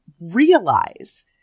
realize